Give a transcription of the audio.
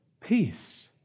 Peace